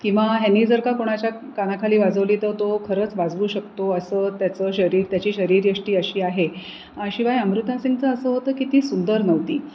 किंवा ह्याने जर का कोणाच्या कानाखाली वाजवली तर तो खरंच वाजवू शकतो असं त्याचं शरीर त्याची शरीरयष्टी अशी आहे शिवाय अमृता सिंगचं असं होतं की ती सुंदर नव्हती